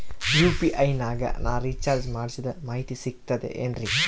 UPI ನಾಗ ನಾ recharge ಮಾಡಿಸಿದ ಮಾಹಿತಿ ಸಿಕ್ತದೆ ಏನ್ರಿ?